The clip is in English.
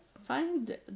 find